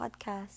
podcast